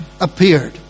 appeared